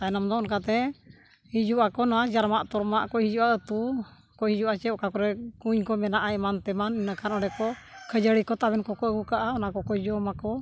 ᱛᱟᱭᱱᱚᱢ ᱫᱚ ᱚᱱᱠᱟᱛᱮ ᱦᱤᱡᱩᱜ ᱟᱠᱚ ᱱᱚᱣᱟ ᱡᱟᱨᱢᱟᱜ ᱛᱚᱨᱢᱟᱜ ᱠᱚ ᱦᱤᱡᱩᱜᱼᱟ ᱟᱛᱳ ᱠᱚ ᱦᱤᱡᱩᱜᱼᱟ ᱪᱮᱫ ᱚᱠᱟ ᱠᱚᱨᱮ ᱠᱩᱧ ᱠᱚ ᱢᱮᱱᱟᱜᱼᱟ ᱮᱢᱟᱱ ᱛᱮᱢᱟᱱ ᱤᱱᱟᱹᱠᱷᱟᱱ ᱚᱸᱰᱮ ᱠᱚ ᱠᱷᱟᱹᱡᱟᱹᱲᱤ ᱠᱚ ᱛᱟᱵᱮᱱ ᱠᱚᱠᱚ ᱟᱹᱜᱩ ᱠᱟᱜᱼᱟ ᱚᱱᱟ ᱠᱚᱠᱚ ᱡᱚᱢ ᱟᱠᱚ